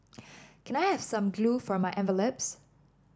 can I have some glue for my envelopes